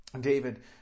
David